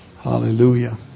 Hallelujah